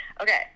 Okay